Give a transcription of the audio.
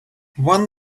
one